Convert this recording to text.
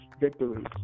victories